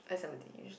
ice-lemon-tea usually